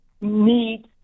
need